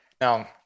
Now